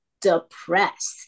depressed